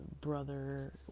brother